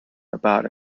about